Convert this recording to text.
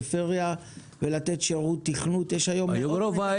בפריפריה שלא עולה הרבה ולתת שירות תכנות.